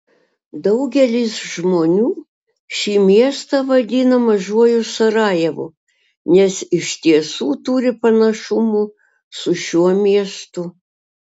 daugelis žmonių šį miestą vadina mažuoju sarajevu nes iš tiesų turi panašumų su šiuo miestu